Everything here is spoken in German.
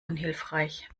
unhilfreich